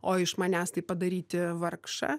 o iš manęs tai padaryti vargšą